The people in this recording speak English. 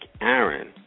Aaron